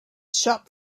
shop